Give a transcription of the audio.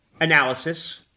analysis